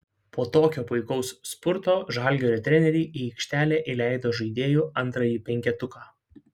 po tokio puikaus spurto žalgirio treneriai į aikštelę įleido žaidėjų antrąjį penketuką